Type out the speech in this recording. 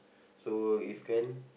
so if can